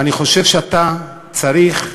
ואני חושב שאתה צריך,